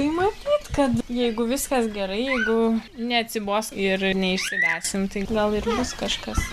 tai matyt kad jeigu viskas gerai jeigu neatsibos ir neišsigąsim tai gal ir bus kažkas